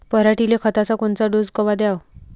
पऱ्हाटीले खताचा कोनचा डोस कवा द्याव?